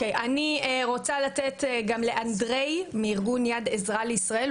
אני רוצה לתת גם לאנדריי מארגון יד עזרה לישראל,